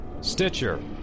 Stitcher